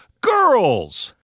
girls